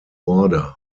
order